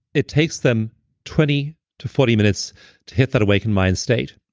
it takes them twenty to forty minutes to hit that awakened mind state.